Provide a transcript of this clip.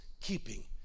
keeping